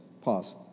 Pause